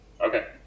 okay